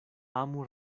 amu